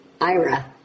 IRA